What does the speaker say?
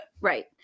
Right